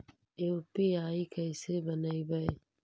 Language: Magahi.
यु.पी.आई कैसे बनइबै?